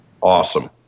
Awesome